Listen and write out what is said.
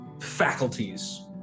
faculties